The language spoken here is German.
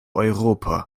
europa